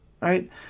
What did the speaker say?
Right